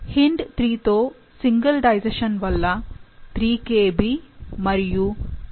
HindIII తో single digestion వల్ల 3 Kb మరియు 7 Kb బ్యాండ్లు వస్తాయి